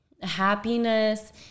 happiness